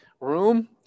room